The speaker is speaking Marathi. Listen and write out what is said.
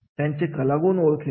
त्यांचे कलागुण ओळखेल